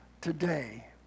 today